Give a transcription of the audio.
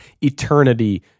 eternity